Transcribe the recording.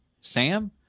Sam